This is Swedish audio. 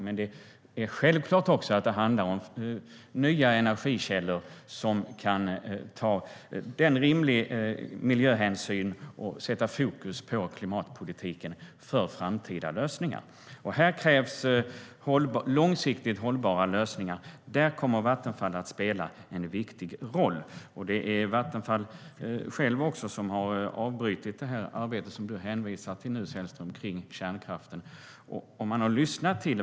Men självklart handlar det också om nya energikällor med vilka man kan ta rimlig miljöhänsyn och sätta fokus på klimatpolitiken för framtida lösningar. Här krävs långsiktigt hållbara lösningar. Där kommer Vattenfall att spela en viktig roll. Det är också Vattenfall själva som har avbrutit det arbete med kärnkraften som du nu hänvisar till, Sven-Olof Sällström.